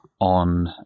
on